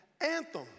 Anthem